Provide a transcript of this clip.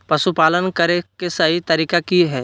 पशुपालन करें के सही तरीका की हय?